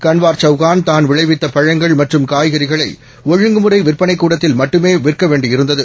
கன்வார்சவுகான் தான்விளைவித்தபழங்கள்மற்றும்காய்கறிகளைஒழுங்குமு றைவிற்பனைக்கூடத்தில்மட்டுமேவிற்கவேண்டியிருந்தது